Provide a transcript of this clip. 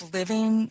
living